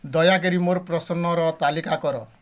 ଦୟାକରି ମୋର ପ୍ରଶ୍ନର ତାଲିକା କର